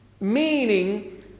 Meaning